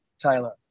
Tyler